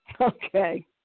okay